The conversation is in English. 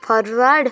forward